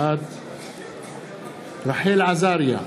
בעד רחל עזריה,